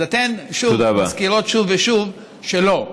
אז אתן מזכירות שוב ושוב שלא,